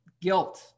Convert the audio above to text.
Guilt